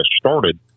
started